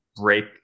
break